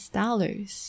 dollars